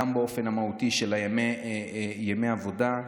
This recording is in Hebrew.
גם באופן מהותי של ימי עבודה,